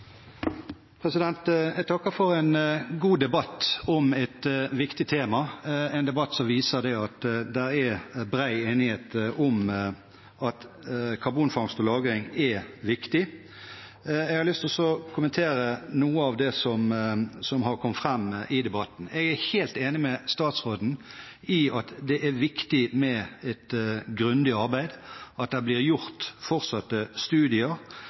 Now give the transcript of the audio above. Jeg takker for en god debatt om et viktig tema – en debatt som viser at det er bred enighet om at karbonfangst og -lagring er viktig. Jeg har lyst til å kommentere noe av det som har kommet fram i debatten. Jeg er helt enig med statsråden i at det er viktig med et grundig arbeid, at det fortsatt blir gjort studier,